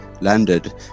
landed